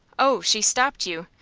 oh, she stopped you?